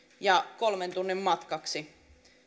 ja kolmen tunnin matkaksi